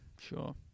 Sure